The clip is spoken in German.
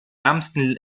ärmsten